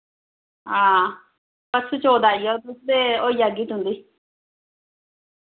हां परसु चौथ आई जाओ तुस ते होई जागी तुंदी